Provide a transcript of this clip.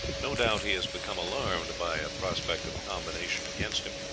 no doubt he has become alarmed by a prospect of a combination against him,